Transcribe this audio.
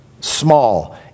Small